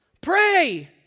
Pray